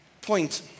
point